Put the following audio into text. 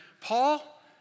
Paul